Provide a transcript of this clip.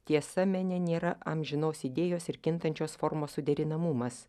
tiesa mene nėra amžinos idėjos ir kintančios formos suderinamumas